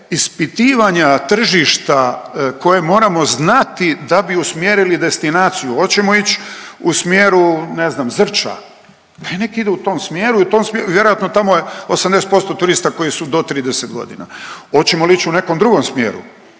ispitivanja tržišta koje moramo znati da bi usmjerili destinaciju, oćemo ić u smjeru, ne znam, Zrća, pa neki idu u tom smjeru i u tom smjeru, vjerojatno tamo je 80% turista koji su do 30.g., oćemo li ić u nekom drugom smjeru,